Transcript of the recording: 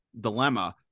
dilemma